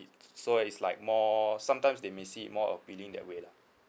so it's like more sometimes they may see more appealing that way lah